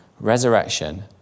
resurrection